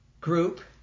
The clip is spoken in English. Group